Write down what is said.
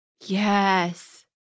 Yes